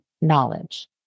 knowledge